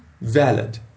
valid